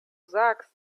sagst